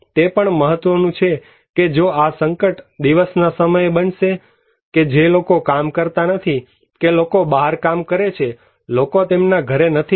તે પણ મહત્વનું છે કે જો આ સંકટ દિવસના સમયે બનશે કે જે લોકો કામ કરતા નથી કે લોકો બહાર કામ કરે છે લોકો તેમના ઘરે નથી